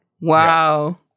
Wow